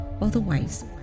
Otherwise